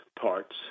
parts